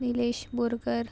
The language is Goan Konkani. निलेश बोरकर